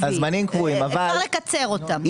אפשר לקצר אותם.